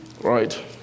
right